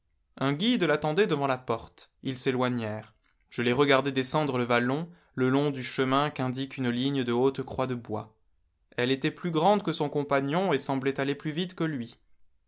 un guide l'attendait devant la porte ils s'éloignèrent je les regardais descendre le vallon le long du chemin cju'indiquc une ligne de hautes croix de bois elle était plus grande que son compagnon et semblait aller plus vite que lui